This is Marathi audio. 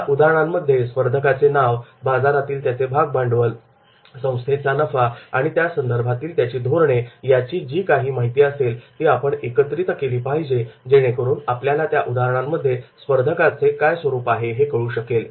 या उदाहरणांमध्ये स्पर्धकाचे नाव बाजारातील त्याचे भाग भांडवल संस्थेचा नफा आणि त्या संदर्भातील त्याची धोरणे याची जी काही माहिती असेल ती आपण एकत्रित केली पाहिजे जेणेकरून आपल्याला त्या उदाहरणांमध्ये स्पर्धकांचे काय स्वरूप आहे हे कळू शकेल